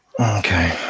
Okay